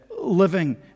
living